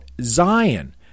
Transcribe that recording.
Zion